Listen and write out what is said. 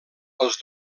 els